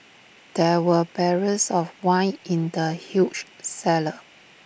there were barrels of wine in the huge cellar